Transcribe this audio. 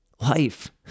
Life